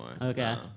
Okay